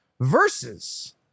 versus